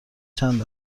چند